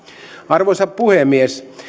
arvoisa puhemies